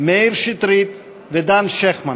מאיר שטרית ודן שכטמן.